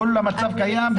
כולה מצב קיים,